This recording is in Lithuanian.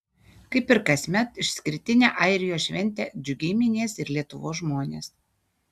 kaip ir kasmet išskirtinę airijos šventę džiugiai minės ir lietuvos žmonės